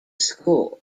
school